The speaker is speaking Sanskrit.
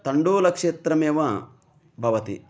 तण्डुलक्षेत्रमेव भवति